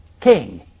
king